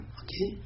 okay